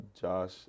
Josh